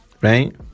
right